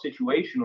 situational